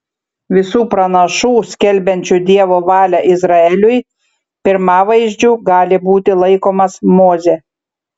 visų pranašų skelbiančių dievo valią izraeliui pirmavaizdžiu gali būti laikomas mozė